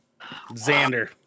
Xander